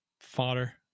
fodder